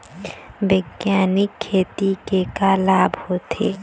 बैग्यानिक खेती के का लाभ होथे?